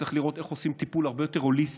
וצריך לראות איך עושים טיפול הרבה יותר הוליסטי,